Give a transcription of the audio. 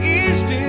east